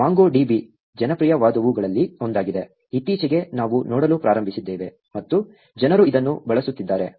MongoDB ಜನಪ್ರಿಯವಾದವುಗಳಲ್ಲಿ ಒಂದಾಗಿದೆ ಇತ್ತೀಚೆಗೆ ನಾವು ನೋಡಲು ಪ್ರಾರಂಭಿಸಿದ್ದೇವೆ ಮತ್ತು ಜನರು ಇದನ್ನು ಬಳಸುತ್ತಿದ್ದಾರೆ